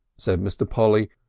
said mr. polly,